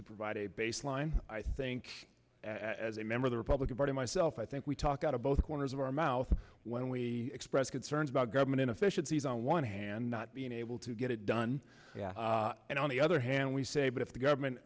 to provide a baseline i think as a member of the republican party myself i think we talk out of both corners of our mouth when we express concerns about government inefficiencies on one hand not being able to get it done and on the other hand we say but if the government